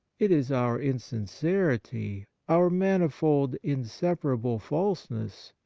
it is our insincerity, our manifold inseparable falseness,